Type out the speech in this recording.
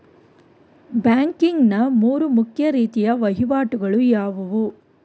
Banking ನ ಮೂರು ಮುಖ್ಯ ರೀತಿಯ ವಹಿವಾಟುಗಳು ಯಾವುವು?